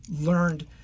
learned